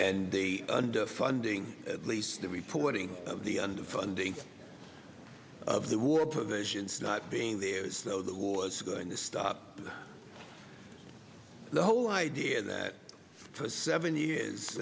and the underfunding at least the reporting of the underfunding of the war provisions not being there is so the war's going to stop the whole idea that for seven years